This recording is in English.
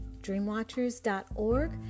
DreamWatchers.org